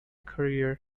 career